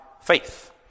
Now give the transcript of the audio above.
Faith